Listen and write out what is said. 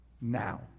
Now